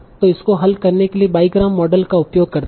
तों इसको हल करने के लिए बाईग्राम मॉडल का उपयोग करते हैं